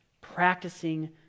Practicing